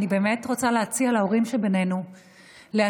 אני באמת רוצה להציע להורים שבנינו להקריא